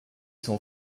son